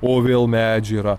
o vėl medžiai yra